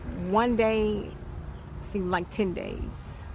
one day seemed like ten days.